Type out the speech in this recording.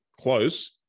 close